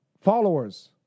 Followers